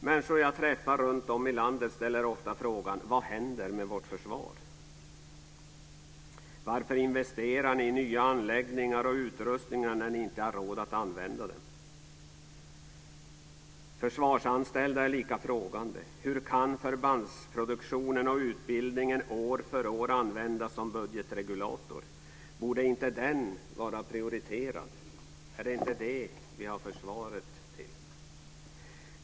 Människor som jag träffar runtom i landet ställer ofta frågan: Vad händer med vårt försvar? Varför investerar ni i nya anläggningar och utrustningar när ni inte har råd att använda dem? Försvarsanställda är lika frågande. Hur kan förbandsproduktionen och utbildningen år för år användas som budgetregulator? Borde inte den vara prioriterad? Är det inte det vi har försvaret till?